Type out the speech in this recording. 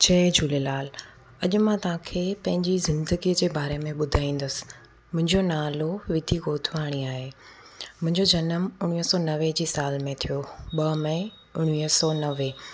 जय झूलेलाल अॼु मां तव्हांखे पंहिंजी ज़िंदगीअ जे बारे में ॿुधाईंदसि मुंहिंजो नालो विधि गोदवाणी आहे मुंहिंजो जनमु उणिवीह सौ नवे जी साल में थियो ॿ मई उणिवीह सौ नवे